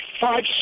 five